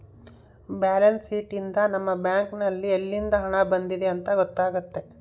balance sheet ಯಿಂದ ನಮ್ಮ bank ನಲ್ಲಿ ಯಲ್ಲಿಂದ ಹಣ ಬಂದಿದೆ ಅಂತ ಗೊತ್ತಾತತೆ